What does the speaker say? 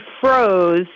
froze